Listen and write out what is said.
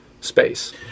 space